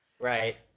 Right